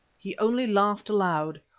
he only laughed aloud.